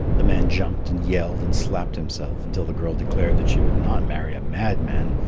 the man jumped and yelled and slapped himself, until the girl declared that she would not marry a madman,